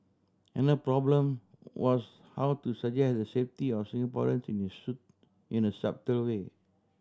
another problem was how to suggest the safety of Singaporean in a subtle way